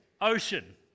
ocean